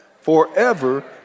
Forever